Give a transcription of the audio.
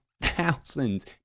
thousands